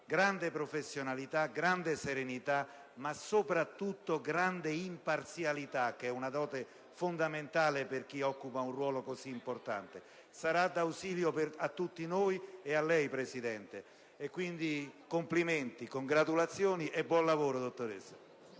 grande professionalità, grande serenità, ma soprattutto grande imparzialità: una dote fondamentale per chi occupa un ruolo così importante. Sarà di ausilio a tutti noi, e a lei, Presidente. Quindi, complimenti, congratulazioni e buon lavoro, dottoressa.